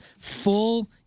full